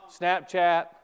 Snapchat